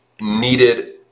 needed